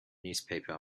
newspaper